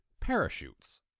Parachutes